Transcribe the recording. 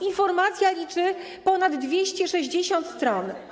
Informacja liczy ponad 260 stron.